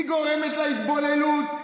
היא גורמת להתבוללות,